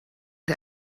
der